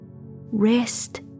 Rest